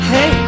Hey